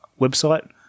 website